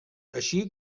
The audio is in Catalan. així